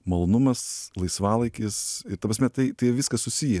malonumas laisvalaikis ta prasme tai tai viskas susiję